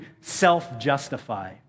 self-justify